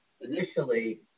initially